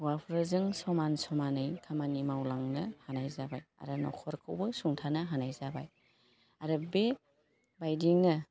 हौवाफोरजों समान समानै खामानि मावलांनो हानाय जाबाय आरो नखरखौबो सुंथानो हानाय जाबाय आरो बे बायदियैनो